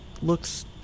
looks